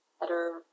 better